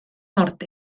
nord